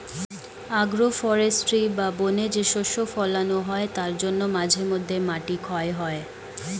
agro forestry বা বনে যে শস্য ফোলানো হয় তার জন্য মাঝে মধ্যে মাটি ক্ষয় হয়